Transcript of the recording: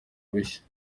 bushya